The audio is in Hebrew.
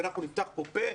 ואנחנו נפתח פֹּה פֶּה,